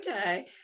Okay